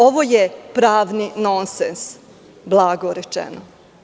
Ovo je pravni nonsens, blago rečeno.